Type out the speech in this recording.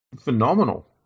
phenomenal